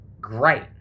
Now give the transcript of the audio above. Great